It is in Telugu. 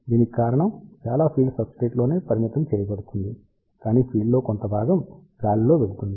దీనికి కారణం చాలా ఫీల్డ్ సబ్స్టేట్ లోనే పరిమితం చేయబడుతుంది కాని ఫీల్డ్ లో కొంత భాగం గాలిలో వెళుతుంది